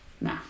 no